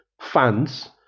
fans